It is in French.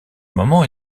moment